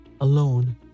alone